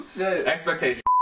expectations